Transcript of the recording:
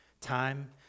time